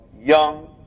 young